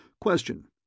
Question